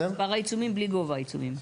מספר העיצומים בלי גובה עיצומים.